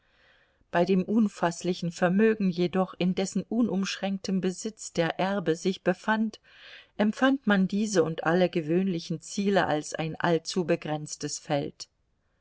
bei dem unfaßlichen vermögen jedoch in dessen unumschränktem besitz der erbe sich befand empfand man diese und alle gewöhnlichen ziele als ein allzu begrenztes feld